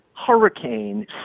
hurricane